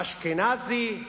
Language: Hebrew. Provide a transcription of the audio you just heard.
אשכנזי,